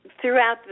Throughout